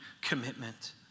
commitment